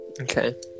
Okay